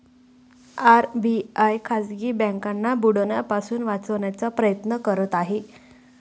RBI खाजगी बँकांना बुडण्यापासून वाचवण्याचा प्रयत्न करत आहे